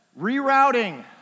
Rerouting